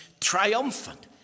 Triumphant